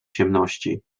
ciemności